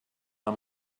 amb